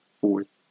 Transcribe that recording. fourth